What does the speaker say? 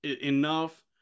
enough